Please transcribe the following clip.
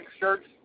shirts